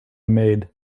maid